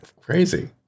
Crazy